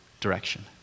direction